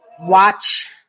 watch